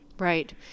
Right